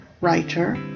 writer